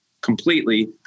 completely